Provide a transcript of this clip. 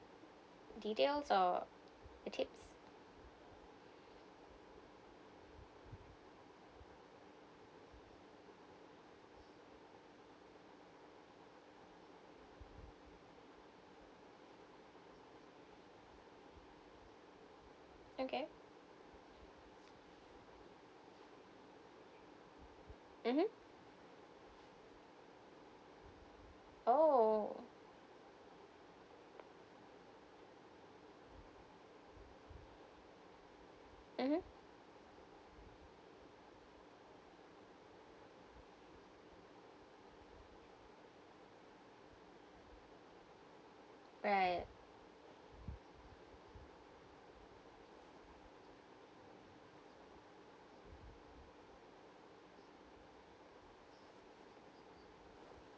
details or the tips okay mmhmm oh mmhmm right